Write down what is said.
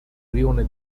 rione